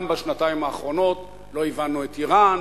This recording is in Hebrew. גם בשנתיים האחרונות לא הבנו את אירן,